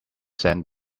send